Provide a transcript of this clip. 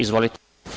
Izvolite.